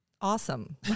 Awesome